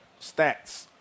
stats